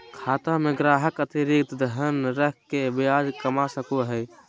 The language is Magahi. खाता में ग्राहक अतिरिक्त धन रख के ब्याज कमा सको हइ